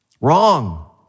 Wrong